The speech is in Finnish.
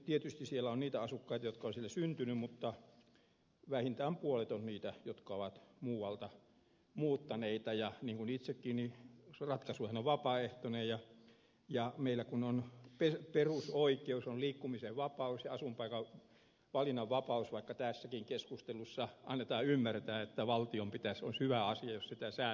tietysti siellä on niitä asukkaita jotka ovat siellä syntyneet mutta vähintään puolet on niitä jotka ovat muualta muuttaneita ja niin kuin itsellänikin niin ratkaisuhan on vapaaehtoinen ja meillä kun perusoikeus on liikkumisen vapaus ja asuinpaikan valinnan vapaus vaikka tässäkin keskustelussa annetaan ymmärtää että olisi hyvä asia jos sitä säänneltäisiin